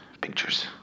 pictures